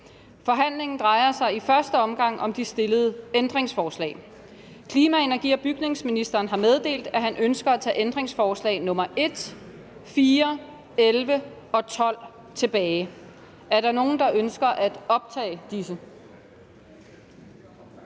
Forhandlingen drejer sig i første omgang om de stillede ændringsforslag. Klima-, energi- og bygningsministeren har meddelt, at han ønsker at tage ændringsforslag nr. 1, 4, 11 og 12 tilbage. Er der nogen, der ønsker at optage disse?